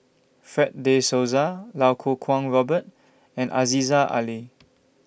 Fred De Souza Iau Kuo Kwong Robert and Aziza Ali